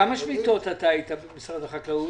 בכמה שמיטות אתה היית במשרד החקלאות?